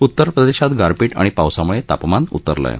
उत्तर प्रदेशात गारपीट आणि पावसामुळे तापमान उतरल आहे